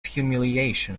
humiliation